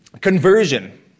Conversion